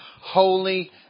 holy